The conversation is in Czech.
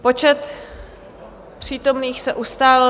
Počet přítomných se ustálil.